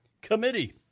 committee